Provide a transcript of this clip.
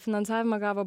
finansavimą gavo